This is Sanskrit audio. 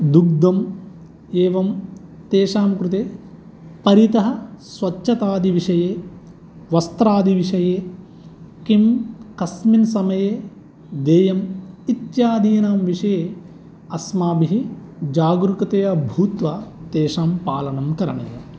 दुग्धम् एवं तेषां कृते परितः स्वच्छतादिविषये वस्त्रादिविषये किं कस्मिन् समये देयम् इत्यादीनां विषये अस्माभिः जागरुकतया भूत्वा तेषां पालननं करणीयम्